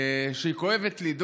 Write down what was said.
שהיא כואבת לי,